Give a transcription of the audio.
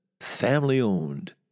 family-owned